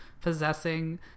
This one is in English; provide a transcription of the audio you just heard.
possessing